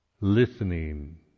listening